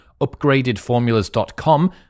upgradedformulas.com